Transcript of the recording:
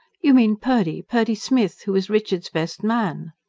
you mean purdy purdy smith who was richard's best man.